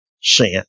sin